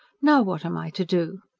now what am i to do?